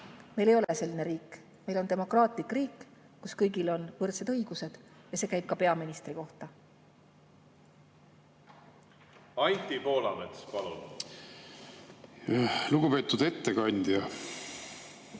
Meil ei ole selline riik. Meil on demokraatlik riik, kus kõigil on võrdsed õigused. See käib ka peaministri kohta. Anti Poolamets, palun! Anti Poolamets,